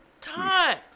time